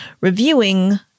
reviewing